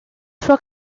sua